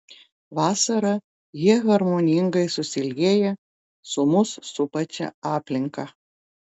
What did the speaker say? vasarą jie harmoningai susilieja su mus supančia aplinka